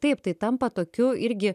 taip tai tampa tokiu irgi